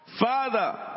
Father